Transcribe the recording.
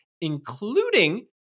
including